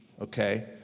okay